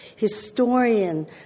historian